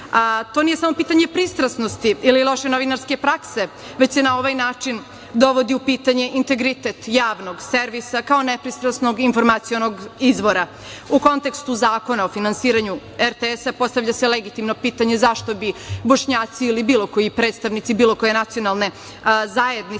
To nije samo pitanje pristrasnosti ili loše novinarske prakse, već se na ovaj način dovodi u pitanje integritet Javnog servisa kao nepristrasnog informacionog izvora.U kontekstu Zakona o finansiranju RTS-a, postavlja se legitimno pitanje zašto bi Bošnjaci ili bilo koji predstavnici bilo koje nacionalne zajednice